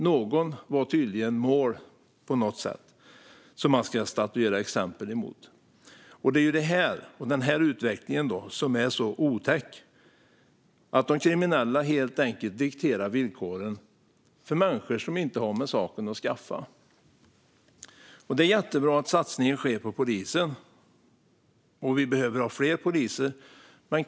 Någon var tydligen mål på något sätt, och så skulle man statuera exempel. Det är den här utvecklingen som är så otäck: att de kriminella helt enkelt dikterar villkoren för människor som inte har med saken att skaffa. Det är jättebra att det sker en satsning på polisen. Vi behöver ha fler poliser.